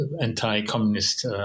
anti-communist